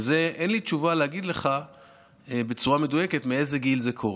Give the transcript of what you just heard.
אין לי תשובה להגיד לך בצורה מדויקת מאיזה גיל זה קורה,